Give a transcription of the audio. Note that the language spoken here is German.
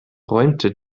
räumte